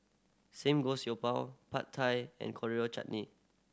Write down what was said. Samgeyopsal Pad Thai and Coriander Chutney